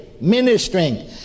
ministering